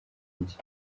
njye